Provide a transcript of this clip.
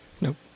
Nope